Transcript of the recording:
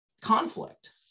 conflict